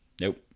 nope